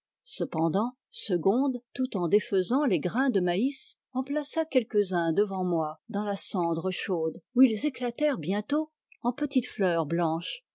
cependant segonde tout en défaisant les grains de maïs en plaça quelques-uns devant moi dans la cendre chaude où ils éclatèrent bientôt en petites fleurs blanches